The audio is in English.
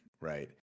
right